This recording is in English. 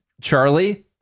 Charlie